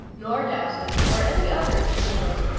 nor dowson or any others in the room,